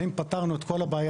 האם פתרנו את כל הבעיה?